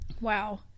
Wow